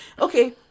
okay